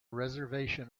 reservation